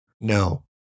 No